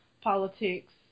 politics